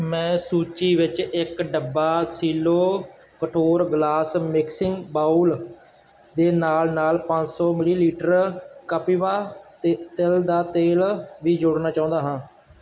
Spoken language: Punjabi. ਮੈਂ ਸੂਚੀ ਵਿੱਚ ਇੱਕ ਡੱਬਾ ਸਿਲੋ ਕਠੋਰ ਗਲਾਸ ਮਿਕਸਿੰਗ ਬਾਊਲ ਦੇ ਨਾਲ ਨਾਲ ਪੰਜ ਸੌ ਮਿਲੀ ਲੀਟਰ ਕਪਿਵਾ ਅਤੇ ਤਿਲ ਦਾ ਤੇਲ ਵੀ ਜੋੜਨਾ ਚਾਹੁੰਦਾ ਹਾਂ